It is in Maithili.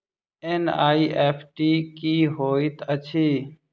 एन.ई.एफ.टी की होइत अछि?